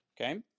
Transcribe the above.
Okay